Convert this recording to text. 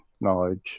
knowledge